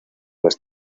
las